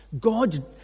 God